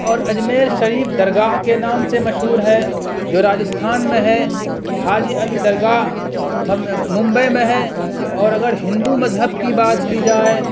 اور اجمیر شریف درگاہ کے نام سے مشہور ہے جو راجستھان میں ہے حاجی علی درگاہ ممبئی میں ہے اور اگر ہندو مذہب کی بات کی جائے